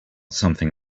something